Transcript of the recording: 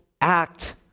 act